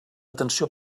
atenció